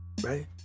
right